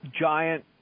giant